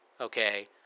Okay